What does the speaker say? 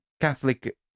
Catholic